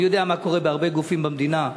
אני יודע מה קורה בהרבה גופים במדינה.